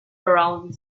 around